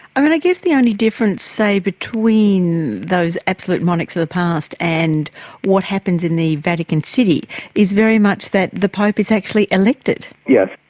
i mean, i guess the only difference, say, between those absolute monarchs of the past and what happens in the vatican city is very much that the pope is actually elected. yes,